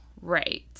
Right